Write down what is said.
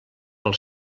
pel